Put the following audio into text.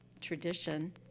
tradition